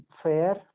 fair